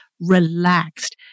relaxed